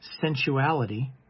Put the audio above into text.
sensuality